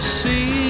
see